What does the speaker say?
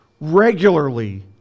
regularly